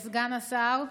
סגן השר,